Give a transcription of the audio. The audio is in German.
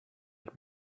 ich